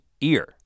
ear